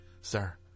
sir